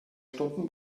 stunden